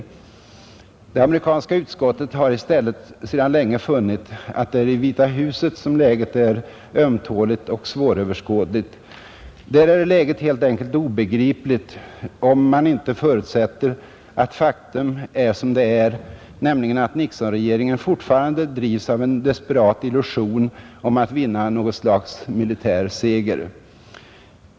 Det amerikanska utskottet har i stället sedan länge funnit att det är i Vita huset som läget är ömtåligt och svåröverskådligt. Där är läget helt enkelt obegripligt, om man inte förutsätter att faktum är som det är, nämligen att Nixonregeringen fortfarande drivs av en desperat illusion om att vinna något slags militär seger.